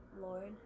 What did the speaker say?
Lord